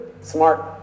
smart